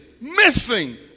missing